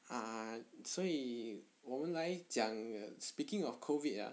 ah 所以我们来讲 speaking of COVID ah